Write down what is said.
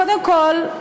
קודם כול,